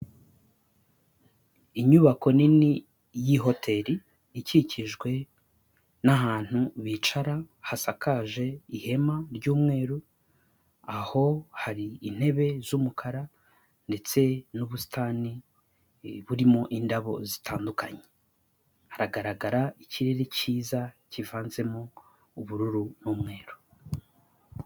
Inyubako nini y'ihoteri ikikijwe n'ahantu bicara hasakaje ihema ry'umweru, aho hari intebe z'umukara ndetse n'ubusitani burimo indabo zitandukanye. Haragaragara ikirere cyiza kivanzemo ubururu n'umweru.